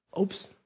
oops